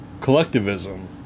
collectivism